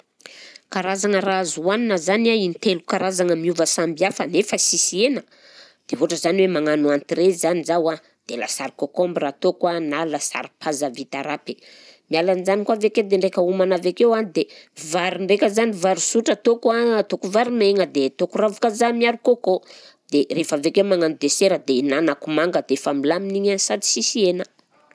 Karazana raha azo hanina zany a intelo karazana miova samby hafa nefa sisy hena dia ohatra zany hoe magnano entrée zany zaho a dia lasary kaokaombra ataoko a na lasary paza vita rapy, miala an'jany koa avy akeo dia ndraika homana avy akeo a dia vary ndraika zany vary sotra ataoko a, ataoko vary maigna dia ataoko ravin-kazaha miharo coco, dia rehefa avy akeo magnano desera dia ihinanako manga dia efa milamina igny a sady sisy hena.